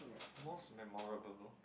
most memorable